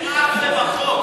מירב, זה בחוק.